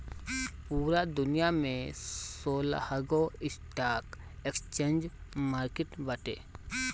पूरा दुनिया में सोलहगो स्टॉक एक्सचेंज मार्किट बाटे